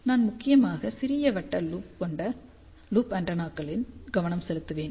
நான் முக்கியமாக சிறிய விட்டம் கொண்ட லூப் ஆண்டெனாக்களில் கவனம் செலுத்துவேன்